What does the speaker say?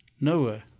Noah